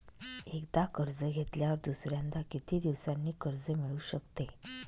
एकदा कर्ज घेतल्यावर दुसऱ्यांदा किती दिवसांनी कर्ज मिळू शकते?